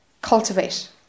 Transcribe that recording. Cultivate